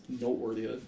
noteworthy